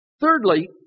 Thirdly